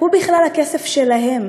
הוא בכלל הכסף שלהם,